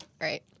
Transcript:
right